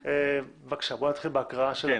נתחיל בהקראת התקנות.